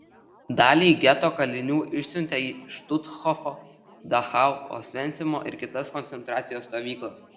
dalį geto kalinių išsiuntė į štuthofo dachau osvencimo ir kitas koncentracijos stovyklas